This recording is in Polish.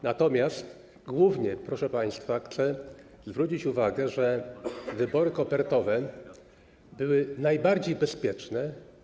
Natomiast głównie, proszę państwa, chcę zwrócić uwagę, że wybory kopertowe były najbardziej bezpieczne.